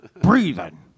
Breathing